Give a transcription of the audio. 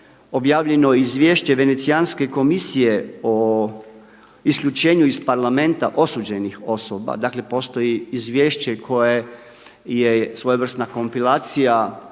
objavljeno i Izvješće Venecijanske komisije o isključenju iz Parlamenta osuđenih osoba, dakle postoji izvješće koje je svojevrsna kompilacija